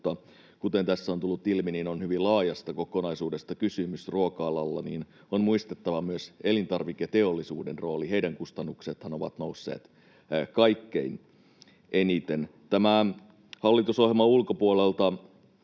kuten tässä on tullut ilmi, ruoka-alassa on hyvin laajasta kokonaisuudesta kysymys, ja on muistettava myös elintarviketeollisuuden rooli. Heidän kustannuksethan ovat nousseet kaikkein eniten. Tämän hallitusohjelman ulkopuolelta